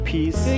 Peace